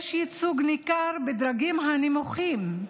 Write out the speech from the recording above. יש ייצוג ניכר בדרגים הנמוכים,